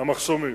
המחסומים,